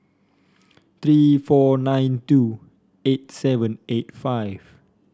three four nine two eight seven eight five